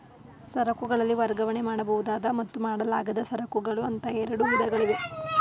ಸರಕುಗಳಲ್ಲಿ ವರ್ಗಾವಣೆ ಮಾಡಬಹುದಾದ ಮತ್ತು ಮಾಡಲಾಗದ ಸರಕುಗಳು ಅಂತ ಎರಡು ವಿಧಗಳಿವೆ